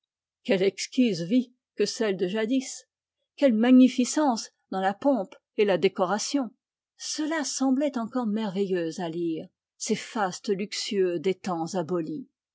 exquise vie que celle de jadis quelle magnificence dans la pompe et la décoration cela semblait encore merveilleux à lire ces fastes luxueux des temps abolis